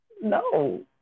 No